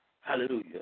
hallelujah